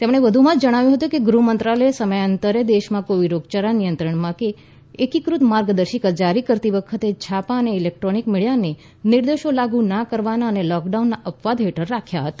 તેમણે વધુમાં જણાવ્યું હતું કે ગૃહમંત્રાલયે સમયાંતરે દેશમાં કોવિડ રોગયાળાના નિયંત્રણ માટે એકીકૃત માર્ગદર્શિકા જારી કરતી વખતે છાપાં અને ઇલેક્ટ્રોનિક મીડિયાને નિર્દેશો લાગુ ના કરવાના અને લોકડાઉનના અપવાદ હેઠળ રાખ્યા હતા